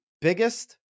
biggest